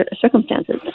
circumstances